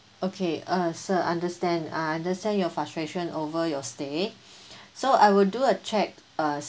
okay uh sir understand I understand your frustration over your stay so I will do a check uh